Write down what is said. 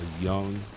young